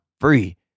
free